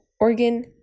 organ